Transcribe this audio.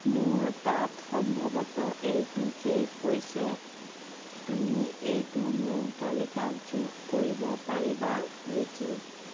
মোৰ তাত সম্ভৱতঃ এইটো শেষ হৈছে তুমি এইটো মোৰ তালিকাত যোগ কৰিব পাৰিবা নেকি